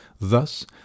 Thus